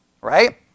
Right